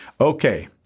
Okay